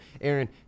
Aaron